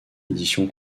édition